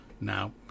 Now